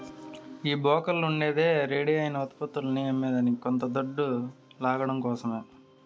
ఈ బోకర్లుండేదే రెడీ అయిన ఉత్పత్తులని అమ్మేదానికి కొంత దొడ్డు లాగడం కోసరమే